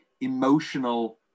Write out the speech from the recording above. emotional